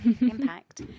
impact